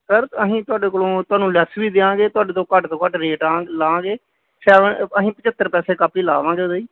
sir ਅਸੀਂ ਤੁਹਾਡੇ ਕੋਲੋਂ ਤੁਹਾਨੂੰ ਲੈਸ ਵੀ ਦਿਆਂਗੇ ਤੁਹਾਡੇ ਤੋਂ ਘੱਟ ਤੋਂ ਘੱਟ ਰੇਟ ਆ ਲਵਾਂਗੇ ਸੈਵਨ ਅਸੀਂ ਪੰਝੱਤਰ ਪੈਸੇ ਕਾਪੀ ਲਾਵਾਂਗੇ ਉਹਦੇ ਜੀ